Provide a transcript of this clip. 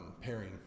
pairing